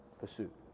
pursuit